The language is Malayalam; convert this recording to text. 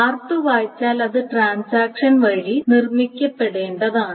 r2 വായിച്ചാൽ അത് ട്രാൻസാക്ഷൻ വഴി നിർമ്മിക്കപ്പെടേണ്ടതാണ്